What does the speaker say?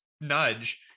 nudge